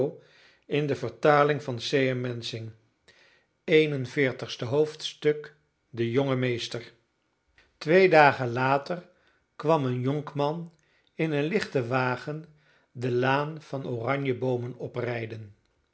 een en veertigste hoofdstuk de jonge meester twee dagen later kwam een jonkman in een lichten wagen de laan van oranjeboomen oprijden